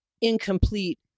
incomplete